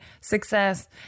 Success